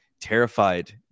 terrified